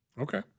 Okay